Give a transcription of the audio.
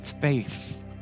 faith